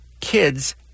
kids